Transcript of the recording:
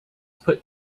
put